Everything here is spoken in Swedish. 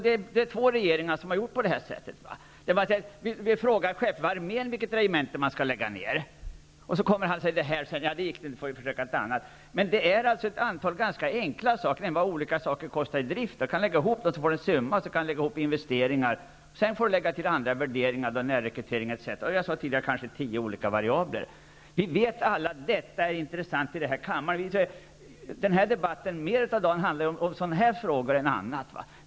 Det är två regeringar som har handlat på detta sätt. Man har ställt frågan direkt till armén vilket regemente som skall läggas ned. När man sedan inte kunnat lägga ned det föreslagna regementet säger man: Det gick inte, vi får försöka med ett annat. Det är fråga om ett antal ganska enkla faktorer. Man kan lägga ihop vad olika verksamheter kostar i drift och de investeringar som behöver göras. Utöver summan av detta får man lägga in olika värderingar, möjligheter till närrekrytering osv. Det finns kanske tio sådana variabler. Vi här i kammaren vet alla att detta är intressant. Debatten i dag handlar mer om sådana här frågor än om annat.